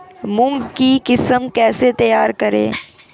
मूंग की किस्म कैसे तैयार करें?